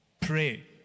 Pray